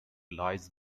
lies